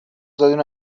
دادین